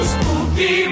Spooky